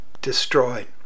destroyed